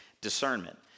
discernment